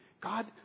God